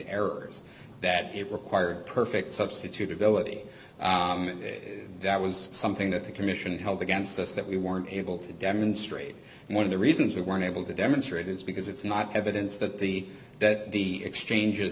errors that it required perfect substitutability that was something that the commission held against us that we weren't able to demonstrate one of the reasons we were unable to demonstrate is because it's not evidence that the that the exchanges